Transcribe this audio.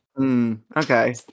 Okay